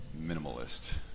minimalist